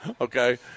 Okay